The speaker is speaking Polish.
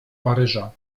paryża